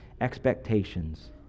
expectations